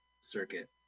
circuit